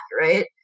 right